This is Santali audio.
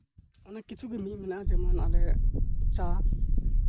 ᱚᱱᱮᱠ ᱠᱤᱪᱷᱩ ᱜᱮ ᱢᱤᱫ ᱢᱮᱱᱟᱜᱼᱟ ᱡᱮᱢᱚᱱ ᱟᱞᱮ ᱪᱟ